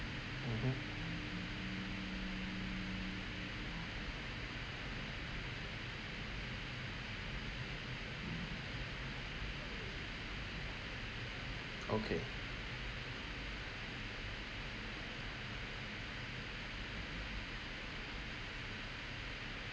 mmhmm okay